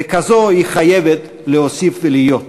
וכזו היא חייבת להוסיף ולהיות.